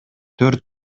төрт